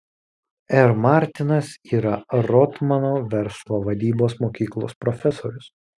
r martinas yra rotmano verslo vadybos mokyklos profesorius